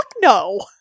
no